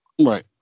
Right